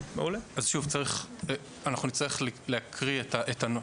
אנחנו נצטרך להקריא את הנוסח.